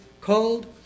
called